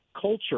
culture